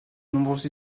nombreuses